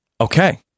Okay